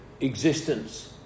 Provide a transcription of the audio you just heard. existence